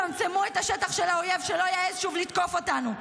צמצמו את השטח של האויב, שלא יעז שוב לתקוף אותנו.